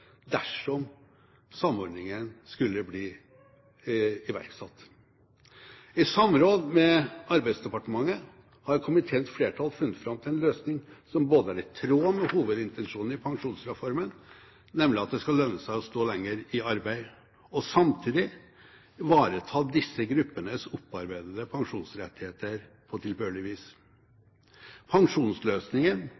dersom samordningen skulle bli iverksatt. I samråd med Arbeidsdepartementet har komiteens flertall funnet fram til en løsning som både er i tråd med hovedintensjonene i Pensjonsreformen, nemlig at det skal lønne seg å stå lenger i arbeid, og samtidig ivaretar disse gruppenes opparbeidede pensjonsrettigheter på